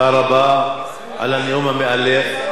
תודה רבה על הנאום המאלף.